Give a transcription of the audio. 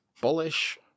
bullish